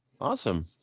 Awesome